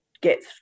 get